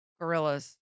Gorillas